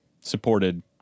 supported